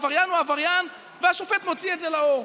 העבריין הוא עבריין והשופט מוציא את זה לאור.